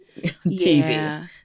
TV